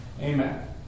Amen